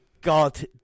God